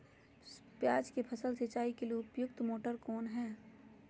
प्याज की फसल सिंचाई के लिए उपयुक्त मोटर कौन है?